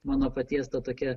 mano paties ta tokia